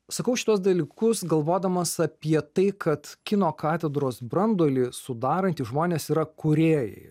sakau šituos dalykus galvodamas apie tai kad kino katedros branduolį sudarantys žmonės yra kūrėjai